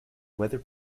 weather